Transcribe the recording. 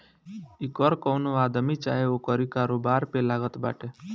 इ कर कवनो आदमी चाहे ओकरी कारोबार पे लागत बाटे